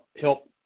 help